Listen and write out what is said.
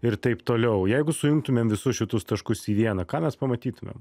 ir taip toliau jeigu sujungtumėm visus šitus taškus į vieną ką mes pamatytumėm